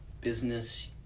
business